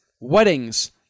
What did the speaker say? weddings –